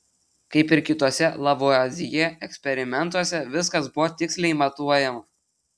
kaip ir kituose lavuazjė eksperimentuose viskas buvo tiksliai matuojama